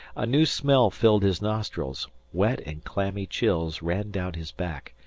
a new smell filled his nostrils wet and clammy chills ran down his back,